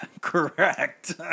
correct